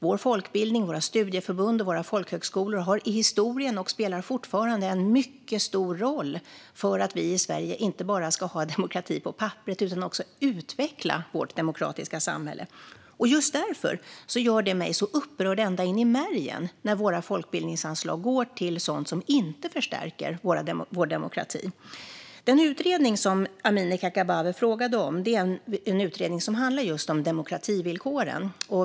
Vår folkbildning, våra studieförbund och våra folkhögskolor har genom historien spelat och spelar fortfarande en mycket stor roll för att vi i Sverige inte bara ska ha demokrati på papperet utan också utveckla vårt demokratiska samhälle. Just därför gör det mig upprörd ända in i märgen när våra folkbildningsanslag går till sådant som inte förstärker vår demokrati. Den utredning som Amineh Kakabaveh frågade om handlar om just demokrativillkoren.